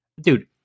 Dude